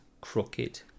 crooked